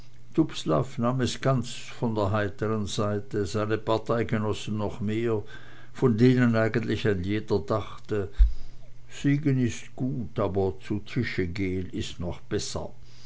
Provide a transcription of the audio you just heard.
nahm es ganz von der heiteren seite seine parteigenossen noch mehr von denen eigentlich ein jeder dachte siegen ist gut aber zu tische gehen ist noch besser